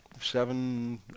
seven